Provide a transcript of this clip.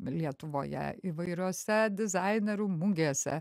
lietuvoje įvairiose dizainerių mugėse